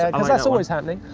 ah cause that's always happening.